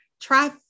try